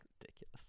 ridiculous